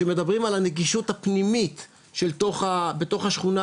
שמדברים על הנגישות הפנימית בתוך השכונה,